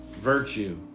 virtue